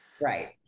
Right